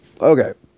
Okay